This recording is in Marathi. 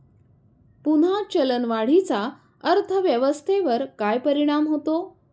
पुन्हा चलनवाढीचा अर्थव्यवस्थेवर काय परिणाम होतो